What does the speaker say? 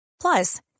Plus